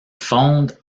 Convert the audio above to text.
fonde